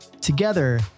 Together